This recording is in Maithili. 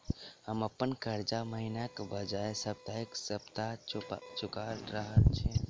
हम अप्पन कर्जा महिनाक बजाय सप्ताह सप्ताह चुका रहल छि